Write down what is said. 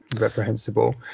reprehensible